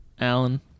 Alan